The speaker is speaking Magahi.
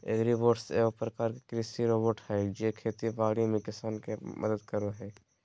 एग्रीबोट्स एगो प्रकार के कृषि रोबोट हय जे खेती बाड़ी में किसान के मदद करो हय